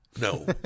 No